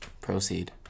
Proceed